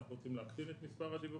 אנחנו רוצים להכפיל את מספר הדיווחים,